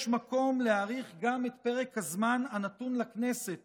יש מקום להאריך גם את פרק הזמן הנתון לכנסת